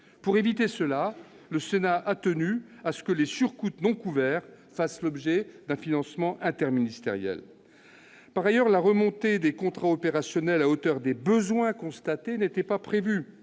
Pour éviter cela, le Sénat a tenu à ce que les surcoûts non couverts fassent l'objet d'un financement interministériel. Par ailleurs, la remontée des contrats opérationnels à hauteur des besoins constatés n'était pas prévue,